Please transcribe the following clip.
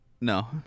No